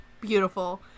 Beautiful